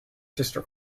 sister